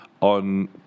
on